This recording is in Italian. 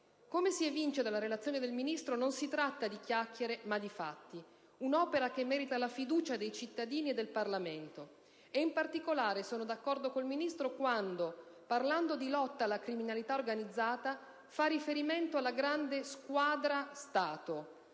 Come si evince dalla relazione del Ministro, non si tratta di chiacchiere ma di fatti: un'opera che merita la fiducia dei cittadini e del Parlamento. In particolare, sono d'accordo con il Ministro quando, parlando di lotta alla criminalità organizzata, fa riferimento alla grande squadra-Stato.